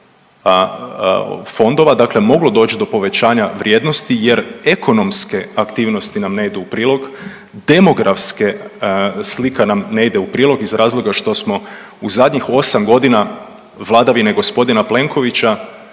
fondova dakle moglo doći do povećanjem vrijednosti jer ekonomske aktivnosti nam ne idu u prilog, demografske slika nam ne ide u prilog iz razloga što smo u zadnjih 8 godina vladavine g. Plenkovića